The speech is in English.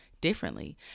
differently